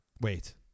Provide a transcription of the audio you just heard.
Wait